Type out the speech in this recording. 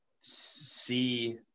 see